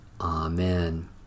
Amen